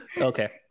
Okay